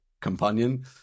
companion